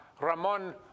Ramon